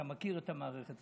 אתה מכיר את המערכת.